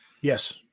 Yes